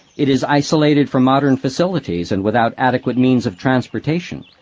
it is isolated from modern facilities, and without adequate means of transportation.